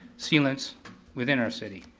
sealants within our city.